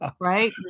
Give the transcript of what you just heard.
Right